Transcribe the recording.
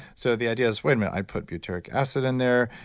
so the idea is wait a minute, i put butyric acid in there,